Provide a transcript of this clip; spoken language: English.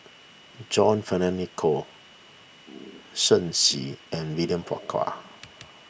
John Fearns Nicoll Shen Xi and William Farquhar